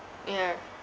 yeah